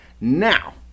Now